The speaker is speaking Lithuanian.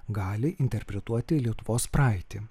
gali interpretuoti lietuvos praeitį